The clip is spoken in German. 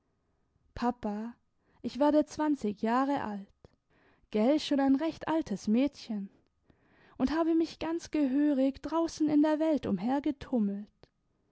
papa ich werde zwanzig jahre alt gelt schon ein recht altes mädchen und habe mich ganz gehörig draußen in der welt